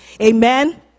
Amen